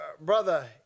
brother